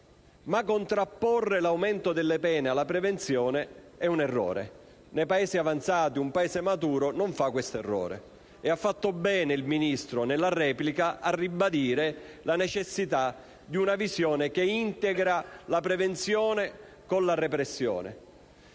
ma contrapporre l'aumento delle pene alla prevenzione è un errore, e un Paese avanzato, un Paese maturo, non lo commette. Quindi, bene ha fatto il Ministro nella replica a ribadire la necessità di una visione che integra la prevenzione con la repressione.